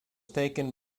taken